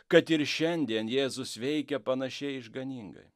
kad ir šiandien jėzus veikia panašiai išganingai